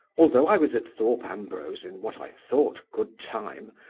although i was at thorpe ambrose in what i thought good time,